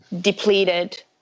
depleted